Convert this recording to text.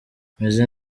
meze